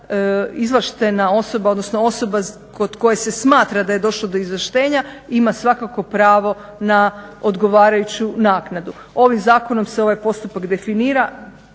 izvlaštena osoba odnosno osoba kod koje se smatra da je došlo do izvlaštenja ima svakako pravo na odgovarajuću naknadu. Ovim zakonom se ovaj postupak definira